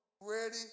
ready